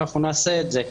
אנחנו נעשה את זה.